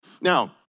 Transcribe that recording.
Now